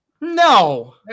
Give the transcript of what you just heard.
No